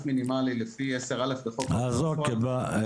מינימאלי לפי 10(א) לחוק ההוצאה לפועל.